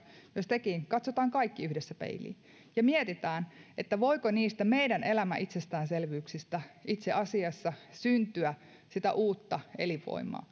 tekin katsomme kaikki yhdessä peiliin ja mietimme voiko niistä meidän elämämme itsestäänselvyyksistä itse asiassa syntyä sitä uutta elinvoimaa